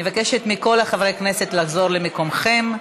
אני מבקשת מכל חברי הכנסת לחזור למקומם.